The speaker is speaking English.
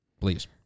please